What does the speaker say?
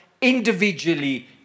individually